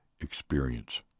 experience